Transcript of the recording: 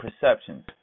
perceptions